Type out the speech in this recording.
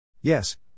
Yes